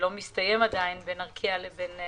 שלא מסתיים בין ארקיע לאוצר